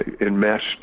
enmeshed